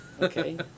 Okay